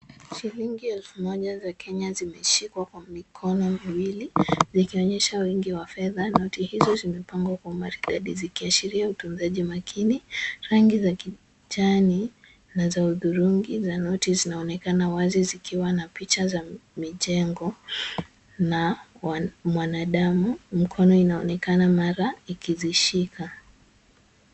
Shilingi elfu moja za Kenya zimeshikwa kwa mikono miwili zikionyesha wingi wa fedha. Noti hizo zimepangwa kwa maridadi zikiashiria utunzaji makini. Rangi za kijani na za hudhirungi za noti zinaonekana wazi zikiwa na picha za mijengo na mwanadamu. Mkono inaonekana mara ikizishika.